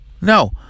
no